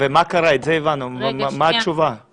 --- לבתי כנסת --- חבר הכנסת אבוטבול